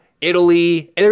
Italy